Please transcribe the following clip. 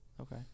Okay